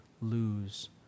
lose